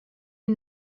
est